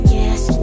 yes